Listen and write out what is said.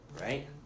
right